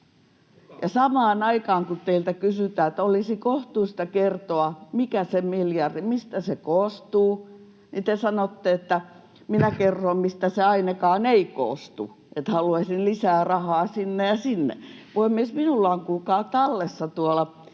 samaan aikaan, kun teiltä kysytään, että olisi kohtuullista kertoa, mistä se miljardi koostuu, te sanotte: ”Minä kerron, mistä se ainakaan ei koostu, haluaisin lisää rahaa sinne ja sinne.” Puhemies! Minulla on, kuulkaa, tallessa tuolla